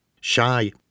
shy